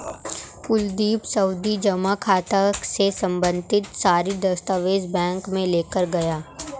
कुलदीप सावधि जमा खाता से संबंधित सभी दस्तावेज बैंक में लेकर गया